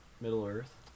Middle-earth